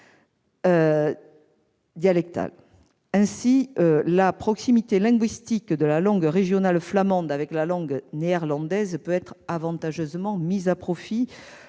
dialectales. Ainsi, la proximité linguistique de la langue régionale flamande avec la langue néerlandaise peut être avantageusement mise à profit